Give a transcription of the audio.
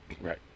Right